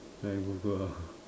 I Google ah